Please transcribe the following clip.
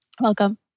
Welcome